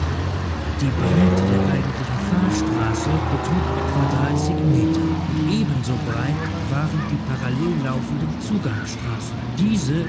die breite der eigentlichen fahrstraße betrug etwa dreißig meter und ebenso breit waren die parallellaufenden zugangsstraßen diese